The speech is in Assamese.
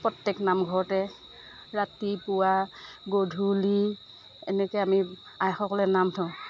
প্ৰত্যেক নামঘৰতে ৰাতিপুৱা গধূলি এনেকৈ আমি আইসকলে নাম ধৰোঁ